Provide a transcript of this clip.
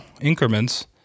increments